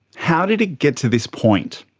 how did it get to this point?